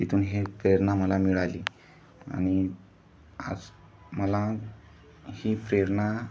तिथून ही प्रेरणा मला मिळाली आणि आज मला ही प्रेरणा